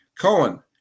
Cohen